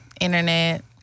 Internet